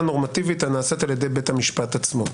נורמטיבית הנעשית על ידי בית המשפט עצמו.